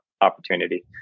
opportunity